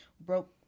broke